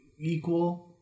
equal